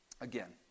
again